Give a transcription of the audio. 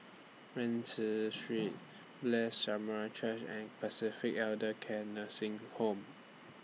Rienzi Street Blessed Church and Pacific Elder Care Nursing Home